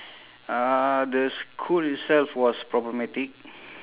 uh the school itself was problematic